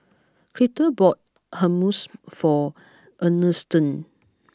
Clide bought Hummus for Ernestine